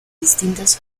distintas